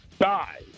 die